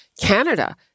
Canada